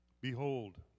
Behold